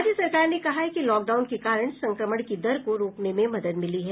राज्य सरकार ने कहा है कि लॉकडाउन के कारण संक्रमण की दर को रोकने में मदद मिली है